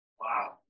Wow